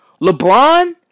LeBron